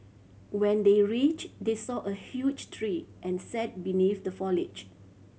when they reached they saw a huge tree and sat beneath the foliage